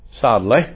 sadly